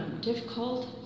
difficult